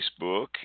Facebook